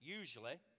usually